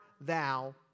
thou